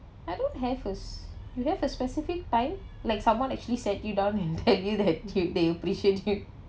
I don't have as you have a specific time like someone actually sat you down and tell you that they appreciate you